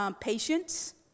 patience